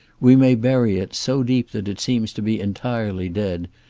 we may bury it, so deep that it seems to be entirely dead,